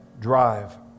Drive